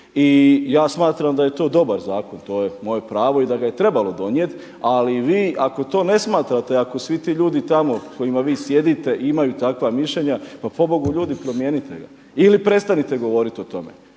i ja smatram da je to dobar zakona, to je moje pravo i da ga je trebalo donijeti. Ali vi ako to ne smatrate ako svi ti ljudi tamo s kojima vi sjedite imaju takva mišljenja, pa pobogu ljudi promijenite ga ili prestanite govoriti o tome.